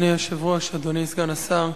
אדוני היושב-ראש, אדוני סגן השר,